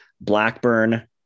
Blackburn